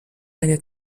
eine